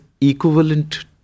equivalent